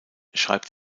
schreibt